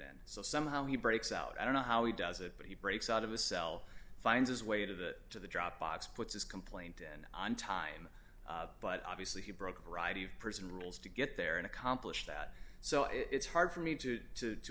n so somehow he breaks out i don't know how he does it but he breaks out of a cell finds his way to the to the dropbox puts his complaint in on time but obviously he broke a variety of prison rules to get there and accomplish that so it's hard for me to